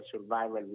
survival